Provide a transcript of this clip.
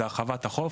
זה הרחבת החוף,